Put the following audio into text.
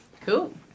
Cool